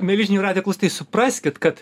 mieli žinių radijo klausytojai supraskit kad